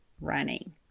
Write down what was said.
running